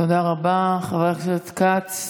תודה רבה, חבר הכנסת כץ,